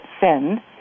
send